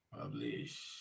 Publish